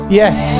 yes